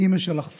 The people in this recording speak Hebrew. אימא שלך,